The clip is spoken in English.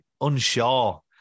unsure